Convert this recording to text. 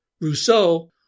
Rousseau